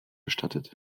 bestattet